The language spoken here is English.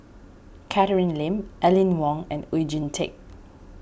Catherine Lim Aline Wong and Oon Jin Teik